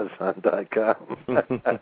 Amazon.com